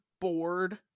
bored